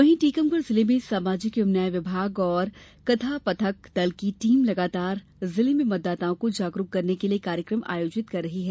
वहीं टीकमगढ़ जिले में सामाजिक एवं न्याय विभाग और कथा पथक दल की टीम द्वारा लगातार जिले में मतदाताओं को जागरुक करने के लिए कार्यक्रम आयोजित किये जा रहे हैं